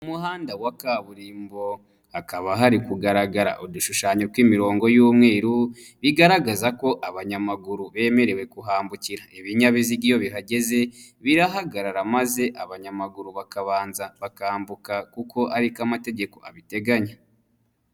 Umuhanda wa kaburimbo hakaba hari kugaragara udushushanyo tw'imirongo y'umweru, bigaragaza ko abanyamaguru bemerewe kuhambukira. Ibinyabiziga iyo bihaga birahagarara maze abanyamaguru bakabanza bakambuka kuko ari ko amategeko abiteganya.